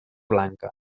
blanca